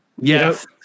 Yes